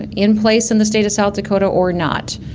and in place in the state of south dakota or not,